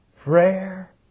prayer